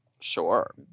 Sure